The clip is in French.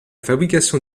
fabrication